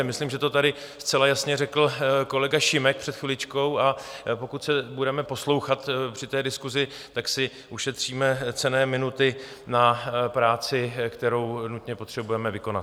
Myslím, že to tady zcela jasně řekl kolega Šimek před chviličkou, a pokud se budeme poslouchat při diskusi, tak si ušetříme cenné minuty na práci, kterou nutně potřebujeme vykonat.